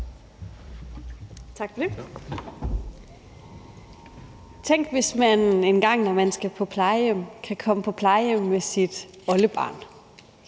Tak for det. Tænk, hvis man, når man engang skal på plejehjem, kan komme på plejehjem med sit oldebarn.